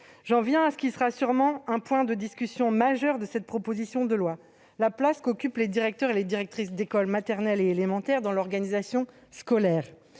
J'en viens à ce qui sera sûrement un point de discussion majeur de la proposition de loi : la place qu'occupent les directeurs et les directrices d'école maternelle et élémentaire dans l'organisation scolaire.